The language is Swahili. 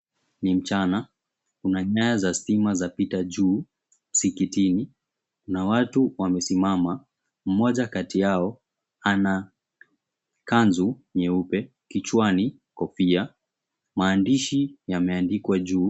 Ni mchana, kuna nyaya za stima zapita juu msikitini, kuna watu wamesimama, mmoja kati yao ana kanzu nyeupe, kichwani kofia, maandishi kwa juu.